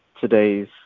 today's